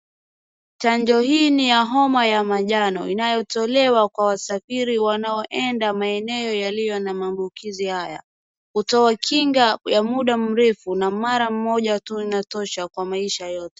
Chanjo hii ni ya homa ya manjano inayotolewa kwa wasafiri wanaoeda maeneo yaliyo na maambukizi haya. Hutoa kinga ya muda mrefu na mara moja tu inatosha kwa maisha yote.